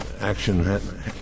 action